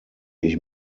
ich